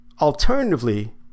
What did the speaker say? alternatively